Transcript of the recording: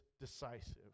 decisive